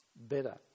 better